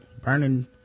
burning